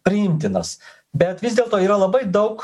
priimtinas bet vis dėlto yra labai daug